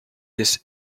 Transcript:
this